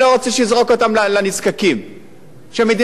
שהמדינה תיתן כסף לנזקק ושיקנה עגבנייה נורמלית.